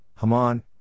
Haman